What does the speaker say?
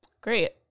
Great